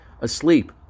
asleep